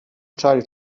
child